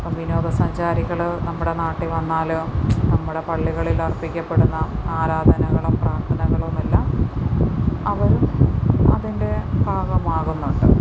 വിനോദസഞ്ചാരികൾ നമ്മുടെ നാട്ടിൽ വന്നാൽ നമ്മുടെ പള്ളികളിൽ അർപ്പിക്കപ്പെടുന്ന ആരാധനകളും പ്രാർത്ഥനകളും എല്ലാം അവരും അതിൻ്റെ ഭാഗമാകുന്നുണ്ട്